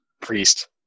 priest